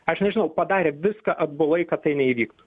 aš nežinau padarė viską atbulai kad tai neįvyktų